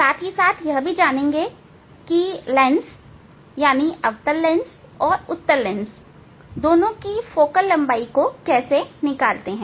साथ ही यह भी जानेंगे कि लेंस यानी अवतल लेंस और उत्तल लेंस दोनों की फोकल लंबाई कैसे निकालते हैं